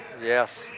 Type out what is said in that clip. Yes